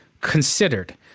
considered